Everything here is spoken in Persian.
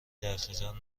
دقیقا